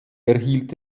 erhielt